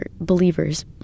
believers